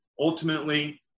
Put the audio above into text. ultimately